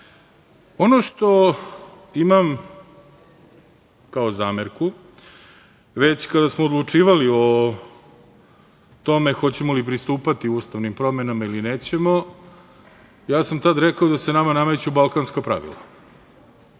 što imam kao zamerku, već kada smo odlučivali o tome hoćemo li pristupati ustavnim promenama ili nećemo, ja sam tad rekao da se nama nameću balkanska pravila.